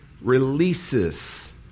releases